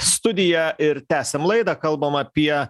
studiją ir tęsiam laidą kalbam apie